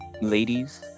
ladies